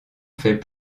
fait